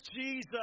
Jesus